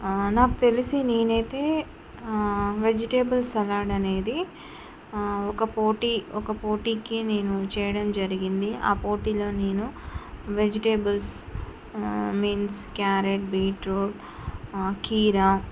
నాకు తెలిసి నేనైతే వెజిటేబుల్ సలాడ్ అనేది ఒక పోటీ ఒక పోటీకి నేను చేయడం జరిగింది ఆ పోటీలో నేను వెజిటేబుల్స్ బీన్స్ క్యారెట్ బీట్రూట్ కీరా